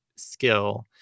skill